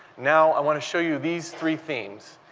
now i want to show you these three themes,